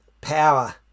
power